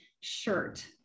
shirt